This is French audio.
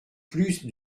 plus